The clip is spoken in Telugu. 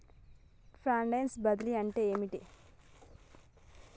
ఫండ్స్ బదిలీ అంటే ఏమిటి?